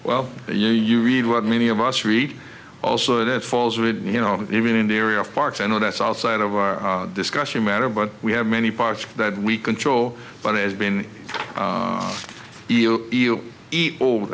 well you you read what many of us read also that falls with you know even in the area of parks i know that's outside of our discussion matter but we have many parts that we control but it has been deal he'll eat over